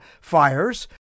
fires